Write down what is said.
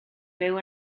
byw